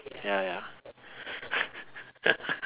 ya ya